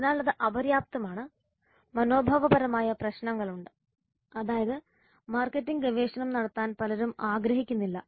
അതിനാൽ അത് അപര്യാപ്തമാണ് മനോഭാവപരമായ പ്രശ്നങ്ങളുണ്ട് അതായത് മാർക്കറ്റിംഗ് ഗവേഷണം നടത്താൻ പലരും ആഗ്രഹിക്കുന്നില്ല